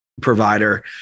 provider